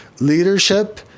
leadership